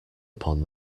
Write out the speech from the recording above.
upon